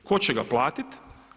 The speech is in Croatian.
Tko će ga platiti?